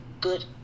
good